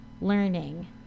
learning